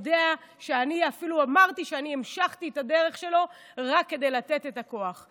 הוא יודע שאני אפילו אמרתי שאני המשכתי את הדרך שלו רק כדי לתת את הכוח.